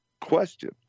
question